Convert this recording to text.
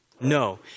No